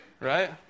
Right